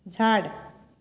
झाड